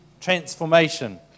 transformation